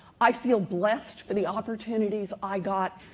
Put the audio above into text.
i feel blessed for the opportunities i got,